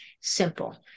simple